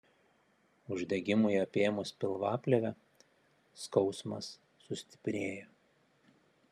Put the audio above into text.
uždegimui apėmus pilvaplėvę skausmas sustiprėja